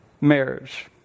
marriage